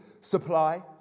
supply